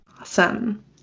Awesome